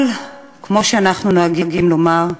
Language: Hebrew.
אבל כמו שאנחנו נוהגים לומר,